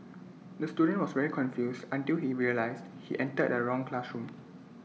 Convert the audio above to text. the student was very confused until he realised he entered the wrong classroom